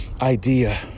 idea